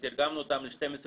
תרגמנו אותן ל-12 שפות,